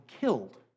killed